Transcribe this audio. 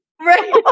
Right